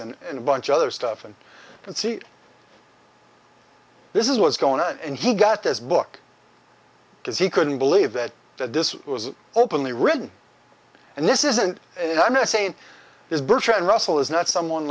this and a bunch other stuff and can see this is what's going on and he got this book because he couldn't believe that that this was openly written and this isn't i'm not saying this bertrand russell is not someone